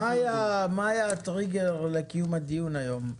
מה היה הטריגר לקיום הדיון היום?